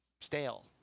stale